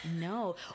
no